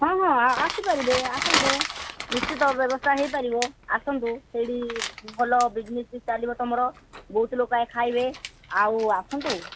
ହଁ ହଁ ଆସିପାରିବେ ଆସନ୍ତୁ ନିଶ୍ଚିତ ବ୍ୟବସ୍ଥା ହୋଇପାରିବ ଆସନ୍ତୁ ସେଇଠି ଭଲ ବିଜିନେସ୍ ବି ଚାଲିବ ତୁମର ବହୁତ ଲୋକ ଖାଇବେ ଆଉ ଆସନ୍ତୁ